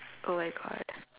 oh my god